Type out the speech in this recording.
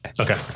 Okay